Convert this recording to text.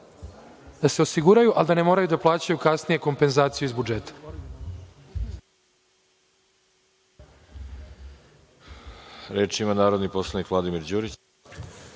da se osiguraju ali da ne moraju da plaćaju kasnije kompenzaciju iz budžeta.